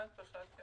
כן, בהחלט.